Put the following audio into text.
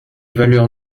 valeurs